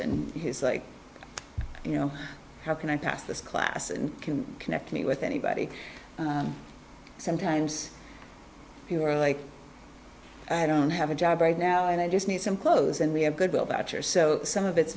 and he's like you know how can i pass this class and can connect me with anybody sometimes you are like i don't have a job right now and i just need some clothes and we have goodwill that you're so some of it's